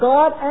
God